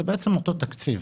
זה בעצם אותו תקציב.